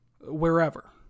wherever